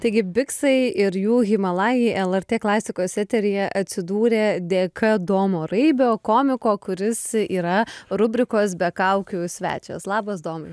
taigi biksai ir jų himalajai lrt klasikos eteryje atsidūrė dėka domo raibio komiko kuris yra rubrikos be kaukių svečias labas domai